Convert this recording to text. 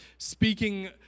Speaking